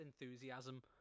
enthusiasm